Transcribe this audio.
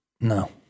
No